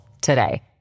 today